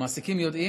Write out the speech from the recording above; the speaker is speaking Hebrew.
מעסיקים יודעים,